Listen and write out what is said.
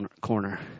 corner